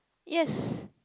yes